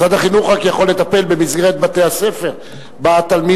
משרד החינוך רק יכול לטפל במסגרת בתי-הספר בתלמיד,